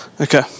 Okay